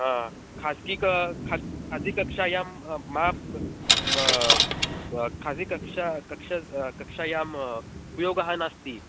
हा खास्गिक ख् खास्गि कक्षायां मा खाज़ि कक्षा कक्षा कक्ष्यायाम् उपयोगः नास्ति